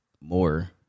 more